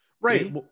Right